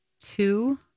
two